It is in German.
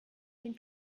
den